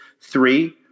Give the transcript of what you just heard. Three